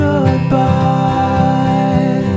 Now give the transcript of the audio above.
Goodbye